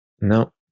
no